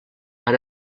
han